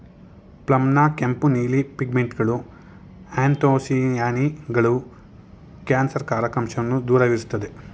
ಪ್ಲಮ್ನ ಕೆಂಪು ನೀಲಿ ಪಿಗ್ಮೆಂಟ್ಗಳು ಆ್ಯಂಥೊಸಿಯಾನಿನ್ಗಳು ಕ್ಯಾನ್ಸರ್ಕಾರಕ ಅಂಶವನ್ನ ದೂರವಿರ್ಸ್ತದೆ